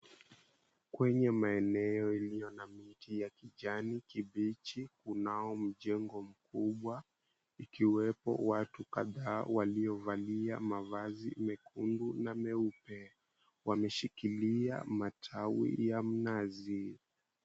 Kwenye maeneo iliyo na miti ya kijani kibichi kunao mjengo mkubwa ikiwepo watu kadhaa waliovalia mavazi mekundu na meupe. Wameshikilia matawi ya mnazi.